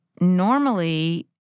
normally